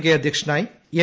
K അദ്ധ്യക്ഷനായി M